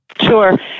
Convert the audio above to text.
Sure